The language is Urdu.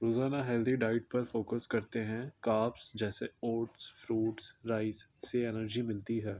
روزانہ ہیلدی ڈائٹ پر فوکس کرتے ہیں کاپس جیسے اوٹس فروٹس رائس سے انرجی ملتی ہے